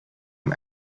him